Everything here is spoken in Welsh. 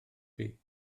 chi